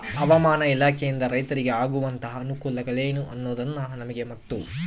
ಹವಾಮಾನ ಇಲಾಖೆಯಿಂದ ರೈತರಿಗೆ ಆಗುವಂತಹ ಅನುಕೂಲಗಳೇನು ಅನ್ನೋದನ್ನ ನಮಗೆ ಮತ್ತು?